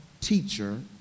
teacher